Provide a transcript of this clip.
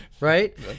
right